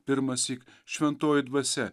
pirmąsyk šventoji dvasia